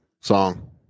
song